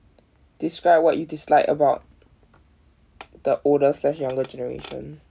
describe what you dislike about the older slash younger generation